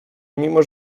mimo